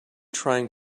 trying